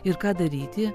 ir ką daryti